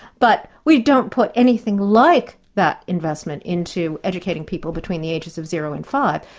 but we don't put anything like that investment into educating people between the ages of zero and five,